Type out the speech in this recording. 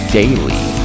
daily